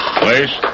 place